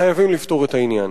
חייבים לפתור את העניין.